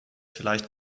vielleicht